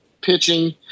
pitching